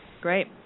Great